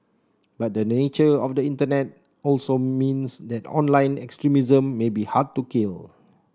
but the nature of the Internet also means that online extremism may be hard to kill